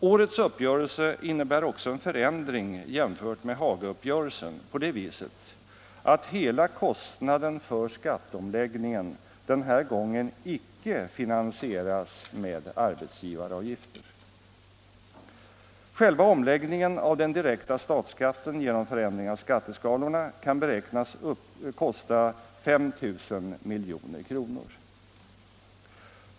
Årets uppgörelse innebär också en förändring jämfört med Hagauppgörelsen på det viset, att hela kostnaden för skatteomläggningen den här gången icke finansieras med arbetsgivaravgifter. Själva omläggningen av den direkta statsskatten genom förändring av skatteskalorna kan beräknas kosta 5 000 milj.kr.